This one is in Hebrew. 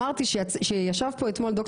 אני מתקן, שישה בעד.